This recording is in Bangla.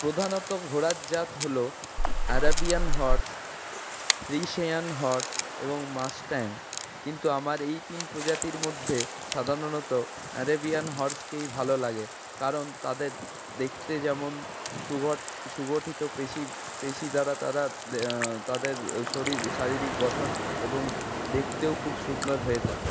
প্রধানত ঘোড়ার জাত হল আরাবিয়ান হর্স ফ্রীশিয়ান হর্স এবং মাসট্যাং কিন্তু আমার এই তিন প্রজাতির মধ্যে সাধারণত আরাবিয়ান হর্সকেই ভালো লাগে কারণ তাদের দেখতে যেমন সুগঠ সুগঠিত পেশী পেশী দ্বারা তারা তাদের শরীর শারীরিক গঠন এবং দেখতেও খুব সুন্দর হয়ে থাকে